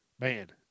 man